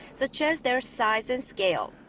such as their size and scale.